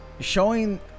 showing